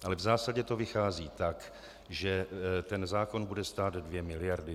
Ale v zásadě to vychází tak, že ten zákon bude stát dvě miliardy.